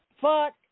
fuck